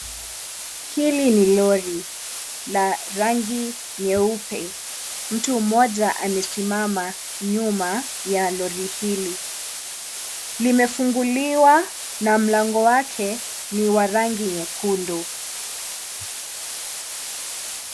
Hili ni lori la rangi nyeupe. Mtu mmoja amesimama nyuma ya lori hili. Limefunguliwa na mlango wake ni wa rangi nyekundu.